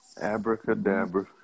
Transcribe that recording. Abracadabra